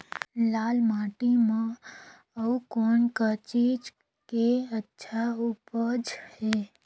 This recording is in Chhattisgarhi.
लाल माटी म अउ कौन का चीज के अच्छा उपज है?